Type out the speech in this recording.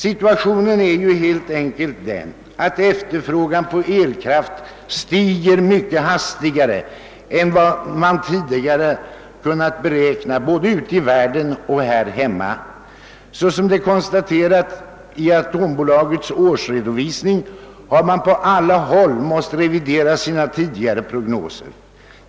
Situationen är ju helt enkelt den att efterfrågan på elkraft stiger mycket hastigare än vad man tidigare kunnat beräkna, både ute i världen och här hemma. Det konstateras i AB Atomenergis årsredovisning att man på alla håll måst revidera de tidigare prognoserna.